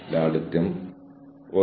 HR മാനേജറും ഇത് പറയുന്നു